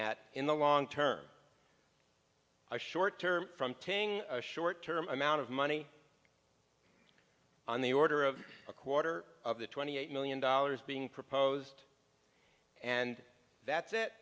at in the long term a short term fronting a short term amount of money on the order of a quarter of the twenty eight million dollars being proposed and that's it